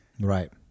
right